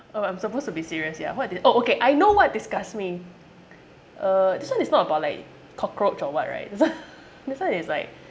oh I'm supposed to be serious yeah what di~ oh okay I know what disgusts me uh this one is not about like cockroach or what right this one this one is like